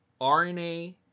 RNA